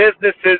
businesses